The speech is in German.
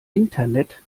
internet